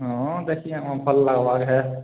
ହଁ ଦେଖି ଆମ ଭଲ୍ ଲାଗ୍ବା ହେ